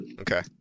Okay